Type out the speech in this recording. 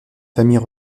famille